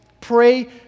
Pray